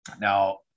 now